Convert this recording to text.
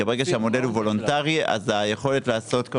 כי ברגע שהמודל הוא וולונטרי אז היכולת לעשות כל